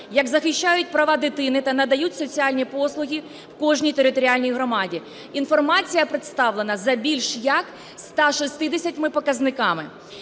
як захищають права дитини та надають соціальні послуги в кожній територіальній громаді. Інформація представлена за більш як 160 показниками.